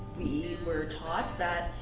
were taught that